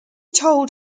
told